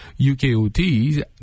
UKOTs